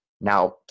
Now